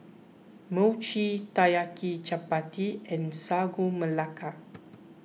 Mochi Taiyaki Chappati and Sagu Melaka